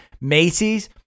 Macy's